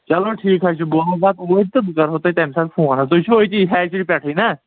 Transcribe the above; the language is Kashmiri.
چلو ٹھیٖک حظ چھُ بہٕ وٲتۍ تہٕ بہٕ کرہو تۄہہِ تَمہِ ساتہٕ فون تُہۍ چھُو أتی ہیچری پٮ۪ٹھٕے نا